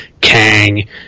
Kang